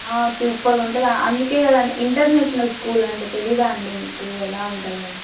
సూపర్గా ఉంటుంది అందుకే కదండి ఇంటర్నేషనల్ స్కూల్ అంటే తెలీదా అండి మీకు ఎలా ఉంటుందో